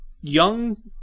Young